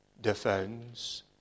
defends